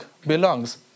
belongs